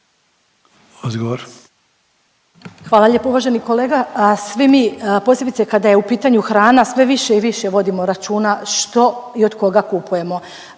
(HDZ)** Hvala lijepo uvaženi kolega. Svi mi posebice kada je u pitanju hrana sve više i više vodimo računa što i od koga kupujemo.